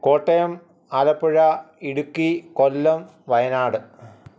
Kottayam Alappuzha Idukki Kollam Wayanad